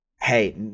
Hey